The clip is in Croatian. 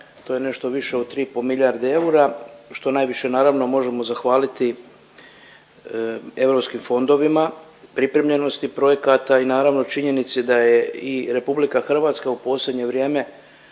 to je nešto više od 3,5 miljarde eura, što najviše naravno možemo zahvaliti europskim fondovima, pripremljenosti projekata i naravno činjenici da je i RH u posljednje vrijeme